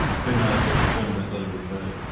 who knows what the form of that letter would be.